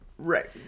right